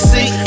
See